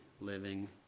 living